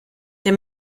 der